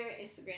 Instagram